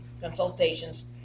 consultations